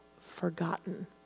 forgotten